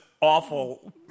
awful